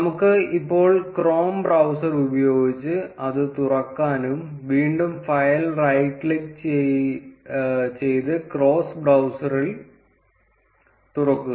നമുക്ക് ഇപ്പോൾ Chrome browser ഉപയോഗിച്ച് അത് തുറക്കാനാകും വീണ്ടും ഫയലിൽ റൈറ്റ് ക്ലിക്ക് ചെയ്ത് ക്രോം ബ്രൌസറിൽ തുറക്കുക